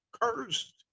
cursed